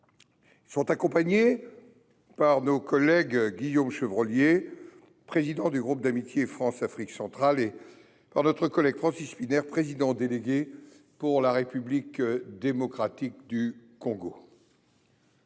Ils sont accompagnés par nos collègues Guillaume Chevrollier, président du groupe d’amitié France Afrique centrale, et Francis Szpiner, président délégué pour la République démocratique du Congo.